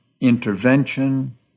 intervention